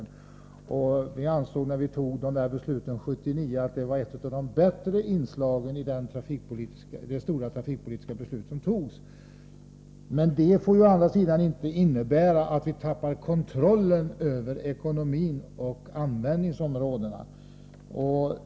När beslutet om riksfärdtjänsten fattades 1979 ansåg vi att det var ett av de bästa inslagen i det stora trafikpolitiska beslut som då togs. Det får å andra sidan inte innebära att vi tappar kontrollen över ekonomin och användningsområdena.